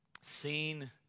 seen